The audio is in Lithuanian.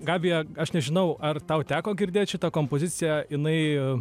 gabija aš nežinau ar tau teko girdėt šitą kompoziciją jinai